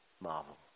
marvel